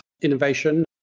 innovation